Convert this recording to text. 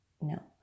no